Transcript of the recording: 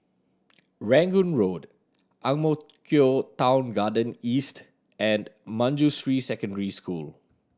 Rangoon Road Ang Mo Kio Town Garden East and Manjusri Secondary School